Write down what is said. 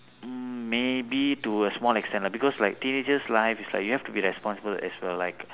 mm maybe to a small extent lah because like teenagers life is like you have to be responsible as well like